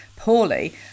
poorly